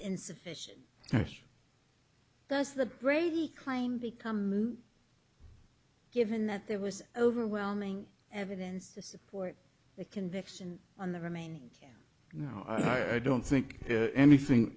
insufficient yes those the brady claim become moot given that there was overwhelming evidence to support the conviction on the remaining no i don't think anything